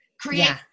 create